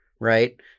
right